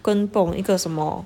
跟不懂一个什么